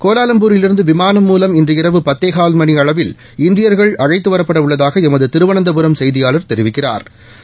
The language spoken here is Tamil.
கோலாலம்பூரிலிருந்து விமானம் மூலம் இன்று இரவு பத்தேகால் மணி அளவில் இந்தியர்கள் அழைத்துவரப்பட உள்ளதாக எமது திருவனந்தபுரம் செய்தியாளா தெரிவிக்கிறாா்